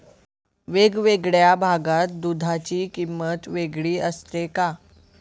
वेगवेगळ्या भागात दूधाची किंमत वेगळी असते का?